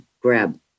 grab